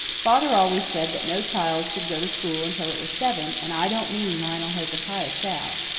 father always said that no child should go to school until it was seven, and i don't mean lionel hezekiah shall.